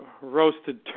roasted